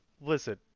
Listen